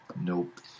nope